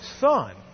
son